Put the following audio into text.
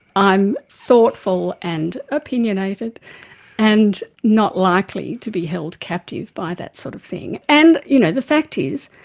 i'm thoughtful and opinionated and not likely to be held captive by that sort of thing. and, you know, the fact is,